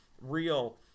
real